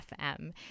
FM